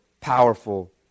powerful